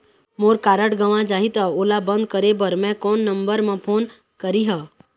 मोर card गंवा जाही त ओला बंद करें बर मैं कोन नंबर म फोन करिह?